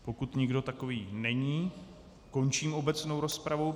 Pokud nikdo takový není, končím obecnou rozpravu.